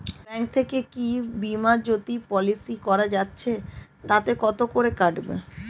Bank থেকে কী Bima Jyoti policy করা যাচ্ছে তাতে কত করে কাটবে?